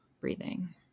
breathing